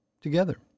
Together